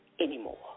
anymore